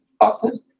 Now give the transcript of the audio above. often